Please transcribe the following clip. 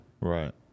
Right